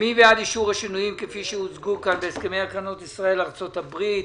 מי בעד אישור השינויים כפי שהוצגו כאן בהסכמי הקרנות ישראל-ארצות הברית,